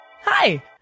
Hi